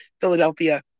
Philadelphia